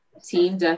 Team